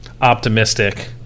optimistic